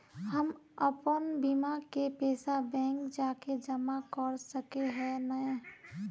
हम अपन बीमा के पैसा बैंक जाके जमा कर सके है नय?